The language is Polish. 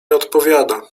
odpowiada